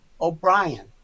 O'Brien